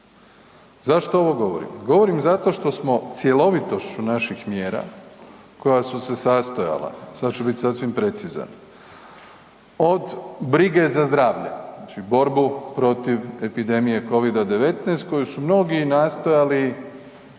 Zašto ovo govorim? Govorim zato što smo cjelovitošću naših mjera koja su se sastojala, sad ću bit sasvim precizan, od brige za zdravlje, znači borbu protiv epidemije covid-19 koju su mnogi nastojali